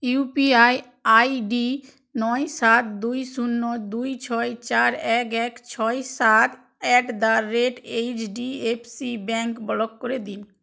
UPI ID নয় সাত দুই শূন্য দুই ছয় চার এক এক ছয় সাত at the rate HDFC bank block করে দিন